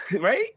right